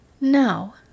Now